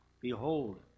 behold